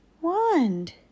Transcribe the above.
wand